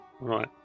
Right